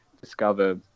discover